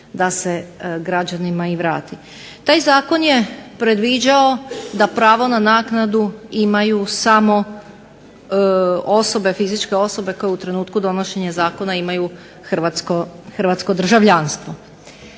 da se građanima i vrati. Taj zakon je predviđao da pravo na naknadu imaju samo osobe, fizičke osobe koje u trenutku donošenja zakona imaju hrvatsko državljanstvo.